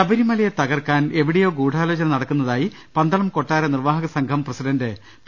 ശബരിമലയെ തകർക്കാൻ എവിടെയോ ഗൂഢാലോചന നടക്കു ന്നതായി പന്തളം കൊട്ടാര നിർവ്വാഹക സംഘം പ്രസിഡന്റ് പി